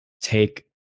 take